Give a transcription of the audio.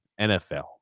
NFL